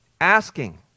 asking